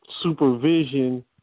supervision